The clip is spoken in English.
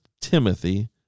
Timothy